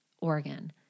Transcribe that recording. Oregon